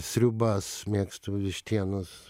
sriubas mėgstu vištienos